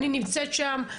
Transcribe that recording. אני נמצאת שם,